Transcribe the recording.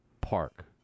Park